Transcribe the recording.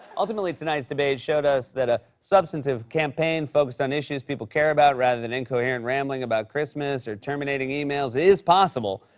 ultimately, tonight's debate showed us that a substantive campaign focused on issues people care about, rather than incoherent rambling about christmas or terminating e-mails is possible,